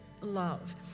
love